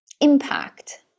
impact